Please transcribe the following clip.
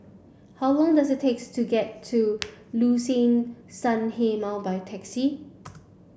how long does it takes to get to Liuxun Sanhemiao by taxi